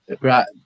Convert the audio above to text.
Right